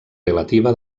relativa